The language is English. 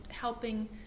helping